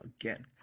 again